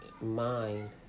mind